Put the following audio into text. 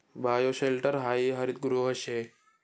bioshelter हायी हरितगृह शे